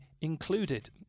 included